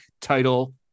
title